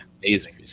amazing